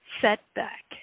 setback